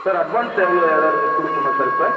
sir advance எவ்வளோ எதாது இதுக்கு கொடுக்கணுமா சார் இப்போ